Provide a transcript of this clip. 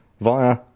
via